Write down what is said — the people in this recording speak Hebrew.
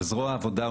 על זרוע העבודה,